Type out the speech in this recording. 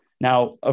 Now